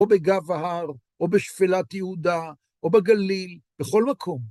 או בגב ההר, או בשפלת יהודה, או בגליל, בכל מקום.